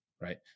right